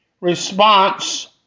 response